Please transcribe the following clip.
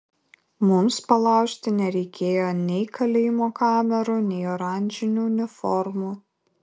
mums palaužti nereikėjo nei kalėjimo kamerų nei oranžinių uniformų